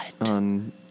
on